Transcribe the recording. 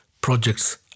projects